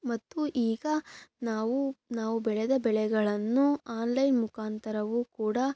ಮತ್ತು ಈಗ ನಾವು ನಾವು ಬೆಳೆದ ಬೆಳೆಗಳನ್ನು ಆನ್ಲೈನ್ ಮುಖಾಂತರವೂ ಕೂಡ